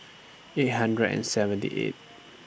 eight hundred and seventy eighth